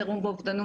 חירום ואובדנות,